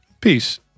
peace